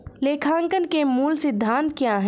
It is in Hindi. लेखांकन के मूल सिद्धांत क्या हैं?